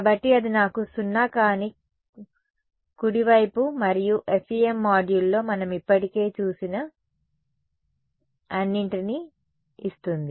కాబట్టి అది నాకు సున్నా కాని కుడి వైపు మరియు FEM మాడ్యూల్లో మనం ఇప్పటికే చూసిన అన్నింటిని ఇస్తుంది